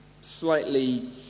slightly